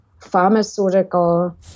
pharmaceutical